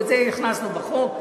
את זה הכנסנו בחוק.